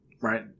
right